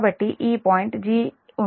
కాబట్టి ఈ point 'g'